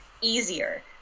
easier